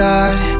God